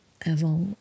avant